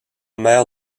mère